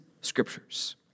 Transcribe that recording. scriptures